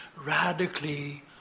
radically